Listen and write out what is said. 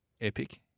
epic